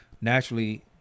naturally